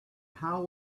how